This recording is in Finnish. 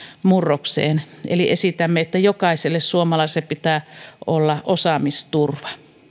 murrokseen eli esitämme että jokaiselle suomalaiselle pitää olla osaamisturva